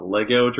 Lego